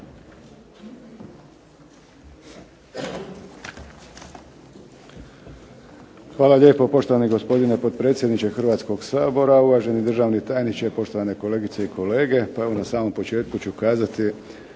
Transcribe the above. Hvala lijepo. Poštovani gospodine potpredsjedniče Hrvatskog sabora, uvaženi državni tajniče, kolegice i kolege zastupnici. Pa evo na samom početku ću kazati